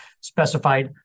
specified